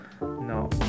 no